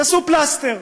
יעשו פלסטר.